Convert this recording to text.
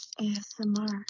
ASMR